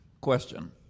question